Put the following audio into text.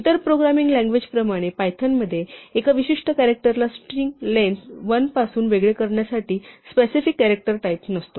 इतर प्रोग्रामिंग लँग्वेजप्रमाणे पायथनमध्ये एका विशिष्ट कॅरॅक्टरला स्ट्रिंग लेंग्थ 1 पासून वेगळे करण्यासाठी स्पेसिफिक कॅरॅक्टर टाईप नसतो